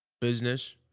business